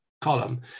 column